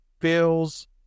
feels